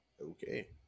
Okay